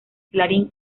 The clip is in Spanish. clarín